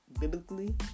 biblically